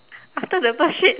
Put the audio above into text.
after the bird shit